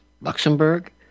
Luxembourg